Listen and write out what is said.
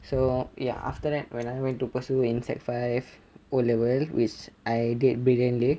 so ya after that when I went to pursue in sec five O level which I did brilliantly